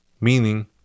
Meaning